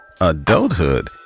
Adulthood